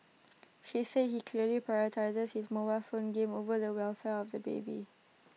she said he clearly prioritised his mobile phone game over the welfare of the baby